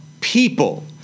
people